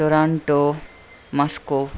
Toronto Moscow